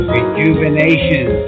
Rejuvenation